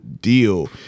deal